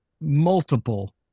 multiple